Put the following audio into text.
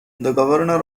governor